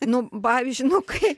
nu pavyzdžiui nu kaip